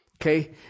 Okay